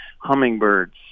hummingbirds